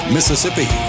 Mississippi